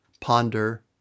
ponder